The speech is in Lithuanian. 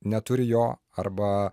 neturi jo arba